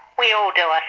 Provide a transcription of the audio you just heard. we all do,